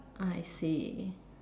I see